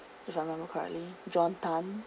if I remember correctly john Tan